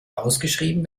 ausgeschrieben